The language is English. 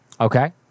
Okay